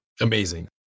Amazing